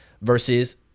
versus